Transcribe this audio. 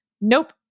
Nope